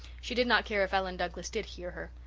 she did not care if ellen douglas did hear her.